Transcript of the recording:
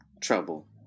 trouble